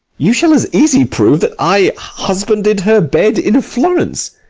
you shall as easy prove that i husbanded her bed in florence,